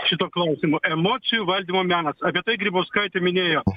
šituo klausimu emocijų valdymo menas apie tai grybauskaitė minėjo